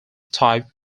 type